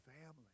family